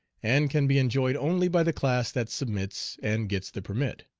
and can be enjoyed only by the class that submits and gets the permit.